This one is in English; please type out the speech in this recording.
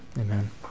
Amen